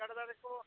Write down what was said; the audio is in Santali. ᱵᱮᱸᱜᱟᱲ ᱫᱟᱨᱮ ᱠᱚ